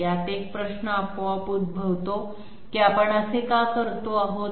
आता एक प्रश्न आपोआप उद्भवतो की आपण असे का करतो आहोत